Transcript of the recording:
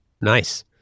Nice